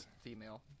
female